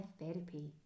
therapy